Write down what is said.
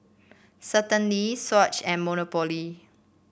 Certainty Swatch and Monopoly